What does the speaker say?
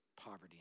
poverty